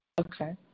Okay